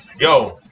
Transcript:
Yo